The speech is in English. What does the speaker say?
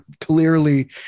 clearly